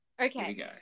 Okay